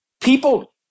people